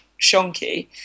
shonky